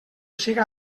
siga